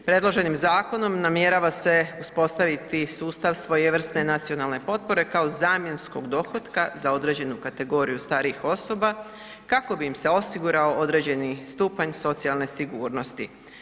Predloženim zakonom namjerava se uspostaviti sustav svojevrsne nacionalne potpore kao zamjenskog dohotka za određenu kategoriju starijih osoba kako bi im se osigurao određeni stupanj socijalne sigurnosti.